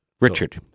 Richard